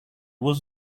was